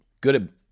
good